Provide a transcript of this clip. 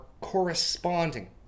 corresponding